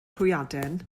hwyaden